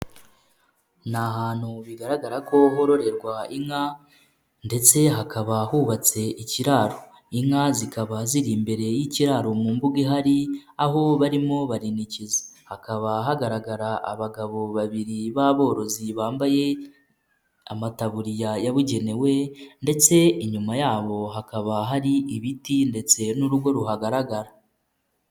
Ni ahantu bigaragara ko hororerwa inka ndetse hakaba hubatse ikiraro. Inka zikaba ziri imbere y'ikiraro mu mbuga ihari, aho barimo barinikiza. Hakaba hagaragara abagabo babiri b'aborozi bambaye amataburiya yabugenewe ndetse inyuma yabo hakaba hari ibiti ndetse n'urugo ruhagaragara.